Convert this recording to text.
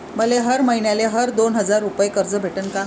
मले हर मईन्याले हर दोन हजार रुपये कर्ज भेटन का?